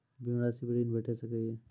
बीमा रासि पर ॠण भेट सकै ये?